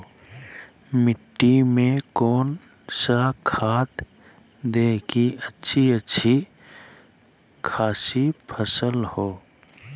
मिट्टी में कौन सा खाद दे की अच्छी अच्छी खासी फसल हो?